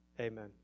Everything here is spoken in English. Amen